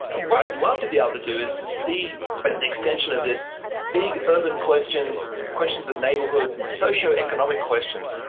what i'd love to be able to do is to see as an extension of this big urban questions, questions of neighbourhoods and socio-economic questions,